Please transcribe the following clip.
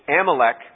Amalek